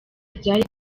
ryari